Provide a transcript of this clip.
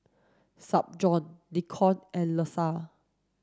Spurgeon Nikko and Leisha